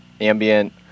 ambient